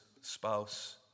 spouse